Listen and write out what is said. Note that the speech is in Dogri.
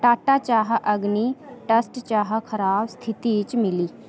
टाटा चाह् अगनी डस्ट चाह् खराब स्थिति च मिली